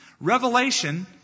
Revelation